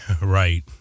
Right